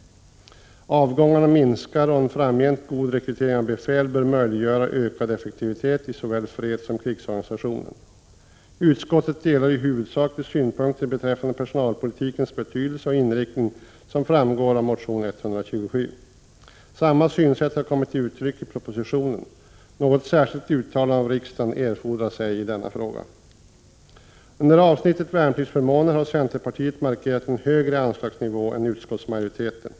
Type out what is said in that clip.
Avgångarna minskar och en framgent god rekrytering av befäl bör möjliggöra ökad effektivitet i såväl fredssom krigsorganisationen. Utskottet delar i huvudsak de synpunkter beträffande personalpolitikens betydelse och inriktning som framgår av motion Fö127. Samma synsätt har kommit till uttryck i propositionen. Något särskilt uttalande av riksdagen erfordras ej. Under avsnittet värnpliktsförmåner har centerpartiet markerat en högre anslagsnivå än utskottsmajoriteten.